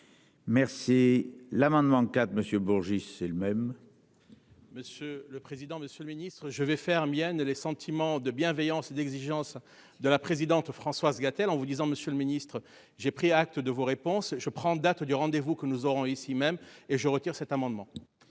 Merci l'amendement quatre Monsieur Bourgi. C'est le même. Monsieur le. Président, Monsieur le Ministre, je vais faire mienne les sentiments de bienveillance et d'exigence de la présidente Françoise Gatel en vous disant, Monsieur le Ministre, j'ai pris acte de vos réponses. Je prends date du rendez-vous que nous aurons ici même et je retire cet amendement.